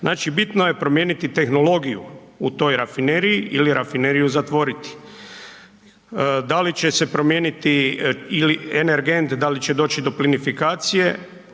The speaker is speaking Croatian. Znači, bitno je promijeniti tehnologiju u toj rafineriji ili rafineriju zatvoriti. Da li će se promijeniti ili energent, da li će doći do plinifikacije,